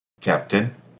Captain